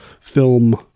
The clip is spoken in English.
film